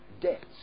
debts